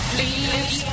Please